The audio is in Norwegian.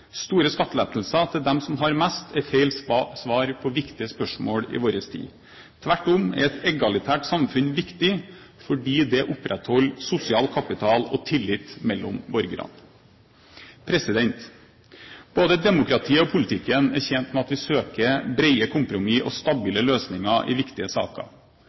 Store skattelettelser til dem som har mest, er feil svar på viktige spørsmål i vår tid. Tvert om er et egalitært samfunn viktig fordi det opprettholder sosial kapital og tillit mellom borgerne. Både demokratiet og politikken er tjent med at vi søker brede kompromiss og stabile løsninger i viktige saker.